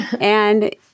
And-